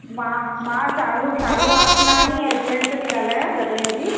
मां मां शालू शालू आसनाणी एजेंट थी ॻालायां जॻहियुनि जी